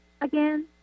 again